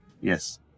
yes